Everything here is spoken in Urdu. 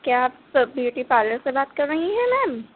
کیا آپ بیوٹی پارلر سے بات کر رہی ہیں میم